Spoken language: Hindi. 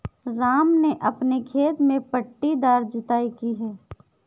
राम ने अपने खेत में पट्टीदार जुताई की